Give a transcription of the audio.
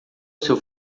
seu